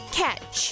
catch